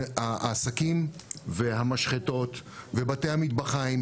העסקים והמשחטות ובתי המטבחיים,